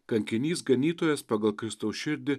kankinys ganytojas pagal kristaus širdį